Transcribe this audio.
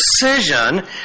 precision